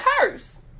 curse